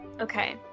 okay